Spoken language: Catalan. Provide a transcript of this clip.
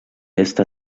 està